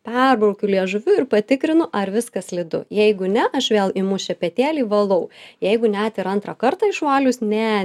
perbraukiu liežuviu ir patikrinu ar viskas slidu jeigu ne aš vėl imu šepetėlį valau jeigu net ir antrą kartą išvalius ne